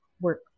work